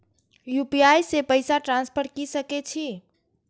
UPI से पैसा transfer की सके छी?